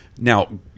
Now